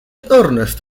earnest